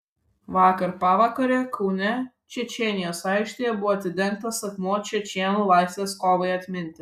vakar pavakare kaune čečėnijos aikštėje buvo atidengtas akmuo čečėnų laisvės kovai atminti